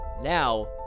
now